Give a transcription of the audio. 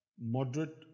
moderate